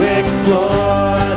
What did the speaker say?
explore